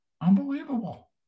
unbelievable